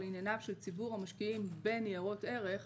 ענייניו של ציבור המשקיעים בניירות ערך,